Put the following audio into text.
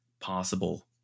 possible